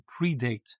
predate